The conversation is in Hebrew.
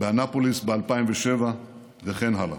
באנאפוליס ב-2007 וכן הלאה.